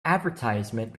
advertisement